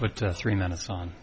put three minutes on